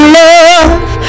love